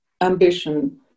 ambition